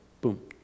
Boom